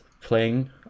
playing